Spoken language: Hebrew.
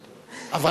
אבל,